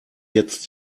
jetzt